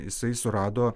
jisai surado